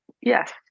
Yes